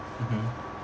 mmhmm